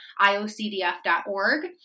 IOCDF.org